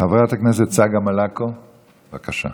חברת הכנסת צגה מלקו, בבקשה.